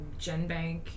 GenBank